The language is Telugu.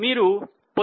మీరు పొందారు 0